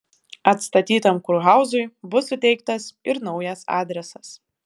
atstatytam kurhauzui bus suteiktas ir naujas adresas